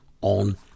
on